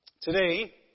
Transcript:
Today